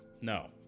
No